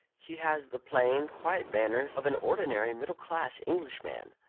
he has the plain, quiet manners of an ordinary middle-class englishman.